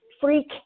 freak